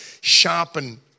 sharpen